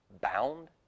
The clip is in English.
bound